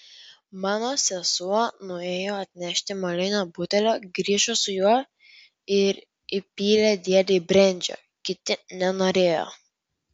mano sesuo nuėjo atnešti molinio butelio grįžo su juo ir įpylė dėdei brendžio kiti nenorėjo